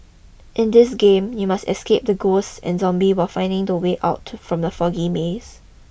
in this game you must escape the ghosts and zombies while finding the way out from the foggy maze